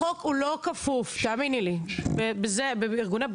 החוק שלי מדבר על